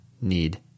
need